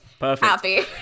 happy